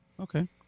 Okay